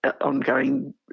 ongoing